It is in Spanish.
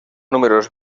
números